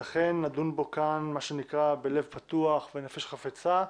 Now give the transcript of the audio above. לכן נדון בו כאן מה שנקרא בלב פתוח ובנפש חפצה.